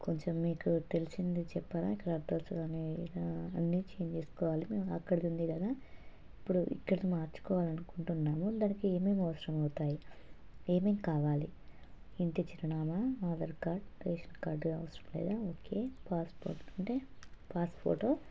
కొంచెం మీకు తెలిసింది చెప్పరా ఇక్కడ అడ్రసు కానీ ఇలా అన్నీ చేంజ్ చేసుకోవాలి మేము అక్కడిది ఉంది కదా ఇప్పుడు ఇక్కడికి మార్చుకోవాలనుకుంటున్నాము దానికి ఏమేమి అవసరం అవుతాయి ఏమేమి కావాలి ఇంటి చిరునామా ఆధార్ కార్డ్ రేషన్ కార్డు అవసరం లేదా ఓకే పాస్పోర్ట్ అంటే పాస్పోర్ట్ ఫోటో